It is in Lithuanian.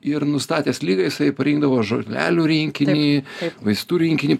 ir nustatęs ligą jisai parinkdavo žolelių rinkinį vaistų rinkinį